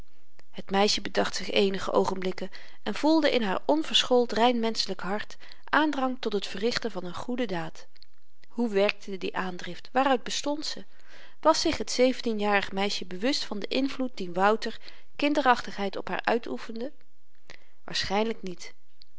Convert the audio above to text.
het meisje bedacht zich eenige oogenblikken en voelde in haar onverschoold rein menschelyk hart aandrang tot het verrichten van n goede daad hoe werkte die aandrift waaruit ontstond ze was zich t zeventienjarig meisje bewust van den invloed dien wouters kinderachtigheid op haar uitoefende waarschynlyk niet